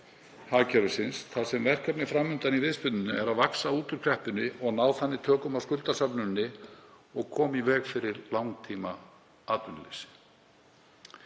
hagkerfisins þar sem verkefnið fram undan í viðspyrnunni er að vaxa út úr kreppunni og ná þannig tökum á skuldasöfnuninni og koma í veg fyrir langtímaatvinnuleysi.